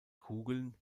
kugeln